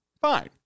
Fine